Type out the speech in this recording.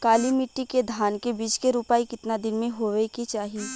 काली मिट्टी के धान के बिज के रूपाई कितना दिन मे होवे के चाही?